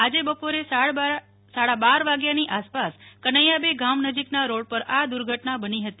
આજે બપોરે સાડા બાર વાગ્યાની આસપાસ કનૈયાબેન ગામ નજીકના રોડ પર આ દુર્ધટના બની હતી